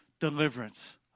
deliverance